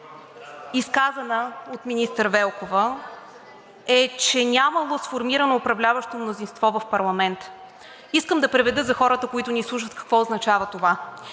изказана от министър Велкова, е, че нямало сформирано управляващо мнозинство в парламента. Искам да преведа за хората, които ни слушат, какво означава това.